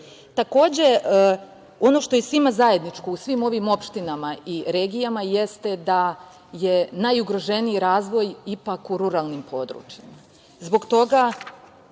razvoja. Takođe, ono što je svima zajedničko u svim ovim opštinama i regijama jeste da je najugroženiji razvoj ipak u ruralnim područjima. Zbog toga